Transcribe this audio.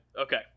Okay